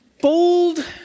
bold